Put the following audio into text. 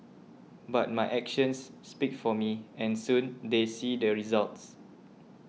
but my actions speak for me and soon they see their results